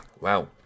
Wow